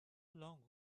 long